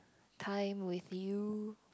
time with you